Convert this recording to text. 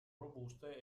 robuste